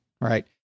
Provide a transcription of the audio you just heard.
right